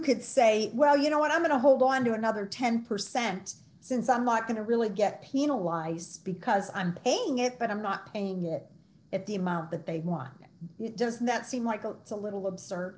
could say well you know what i'm going to hold on to another ten percent since i'm not going to really get penalized because i'm paying it but i'm not paying more at the amount that they want does that seem michael it's a little absurd